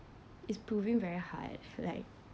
is proving very hard like